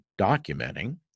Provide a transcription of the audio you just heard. documenting